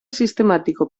sistemático